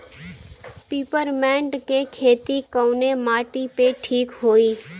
Peppermint के खेती कवने माटी पे ठीक होई?